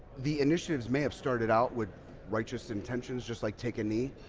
the initiatives may have started out with righteous intentions just like take a knee.